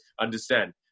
understand